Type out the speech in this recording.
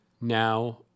Now